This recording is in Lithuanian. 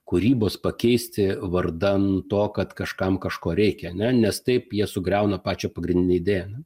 kūrybos pakeisti vardan to kad kažkam kažko reikia ne nes taip jie sugriauna pačią pagrindinę idėją